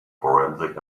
forensic